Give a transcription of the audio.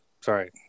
sorry